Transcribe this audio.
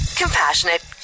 Compassionate